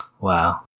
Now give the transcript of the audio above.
Wow